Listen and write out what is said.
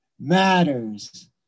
matters